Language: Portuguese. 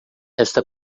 esta